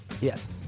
Yes